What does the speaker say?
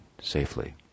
safely